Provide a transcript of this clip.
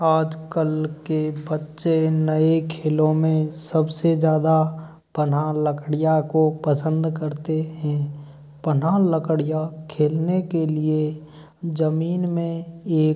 आजकल के बच्चे नए खेलों में सबसे ज़्यादा पनह लकड़िया को पसंद करते हें पनह लकड़िया खेलने के लिए ज़मीन में एक